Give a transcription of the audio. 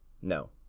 No